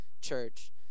church